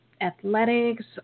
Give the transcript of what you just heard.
athletics